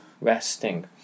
resting